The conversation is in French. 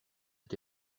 est